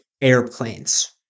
airplanes